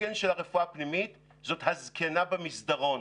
הסלוגן של הרפואה הפנימית זאת הזקנה במסדרון,